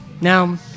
Now